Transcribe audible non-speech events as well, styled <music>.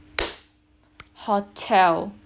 <noise> hotel